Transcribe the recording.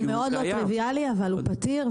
הוא מאוד לא טריוויאלי אבל הוא פתיר,